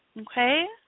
Okay